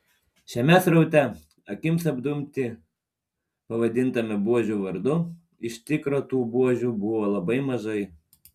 šiame sraute akims apdumti pavadintame buožių vardu iš tikro tų buožių buvo labai mažai